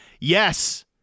Yes